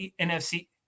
NFC